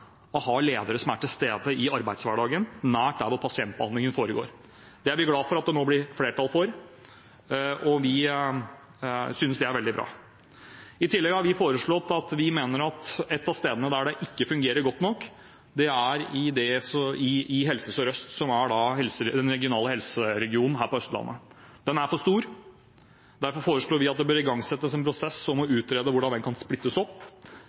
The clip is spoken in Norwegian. å ha ledere som er til stede i arbeidshverdagen, nær der pasientbehandlingen foregår. Det er vi glad for at det nå blir flertall for – vi synes det er veldig bra. I tillegg mener vi at et av stedene der det ikke fungerer godt nok, er i Helse Sør-Øst, som er det regionale helseforetaket her på Østlandet. Det er for stort. Derfor foreslår vi at det igangsettes en prosess, hvor det utredes hvordan det kan splittes opp,